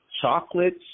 chocolates